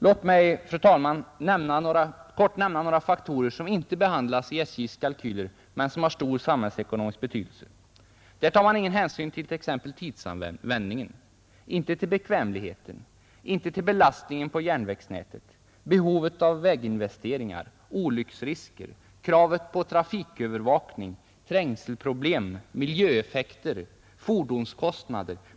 Låt mig, fru talman, kort nämna några faktorer som inte behandlas i SJ:s kalkyler men som har stor samhällsekonomisk betydelse. Där tar man ingen hänsyn till exempelvis tidsanvändningen, inte till bekvämligheten, inte till belastningen på järnvägsnätet, behovet av väginvesteringar, olycksrisker, kravet på trafikövervakning, trängselproblem, miljöeffekter eller fordonskostnader.